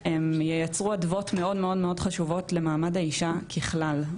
ייצרו אדוות מאוד מאוד חשובות למעמד האישה ככלל,